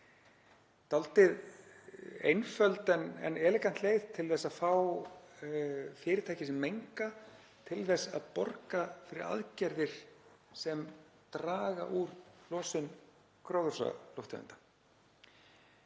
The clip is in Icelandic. Dálítið einföld en elegant leið til að fá fyrirtæki sem menga til að borga fyrir aðgerðir sem draga úr losun gróðurhúsalofttegunda.